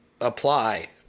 apply